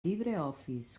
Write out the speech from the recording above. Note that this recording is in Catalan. libreoffice